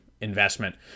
investment